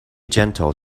gentle